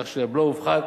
כך שהבלו הופחת